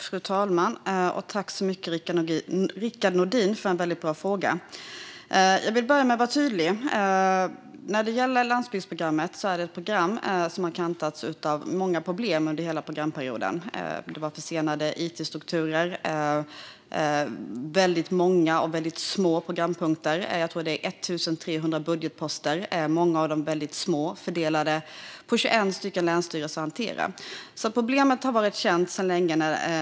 Fru talman! Tack så mycket, Rickard Nordin, för en väldigt bra fråga! Jag vill börja med att vara tydlig när det gäller landsbygdsprogrammet: Det är ett program som har kantats av många problem under hela programperioden. Det har varit försenade it-strukturer och väldigt många och små programpunkter. Jag tror att det är 1 300 budgetposter, många av dem väldigt små, fördelade på 21 länsstyrelser att hantera. Att vi har problem och utmaningar är alltså känt sedan länge.